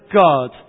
God